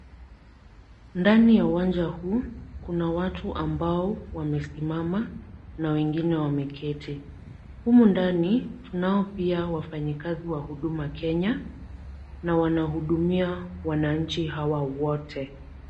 Ndani ya uwanja huu, Kuna watu ambao wamesimama na wengine wamekete, humu ndani tunao pia wafanyikazi wa huduma Kenya, na wana hudumia wananchi hawa wote.